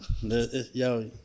yo